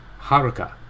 Haruka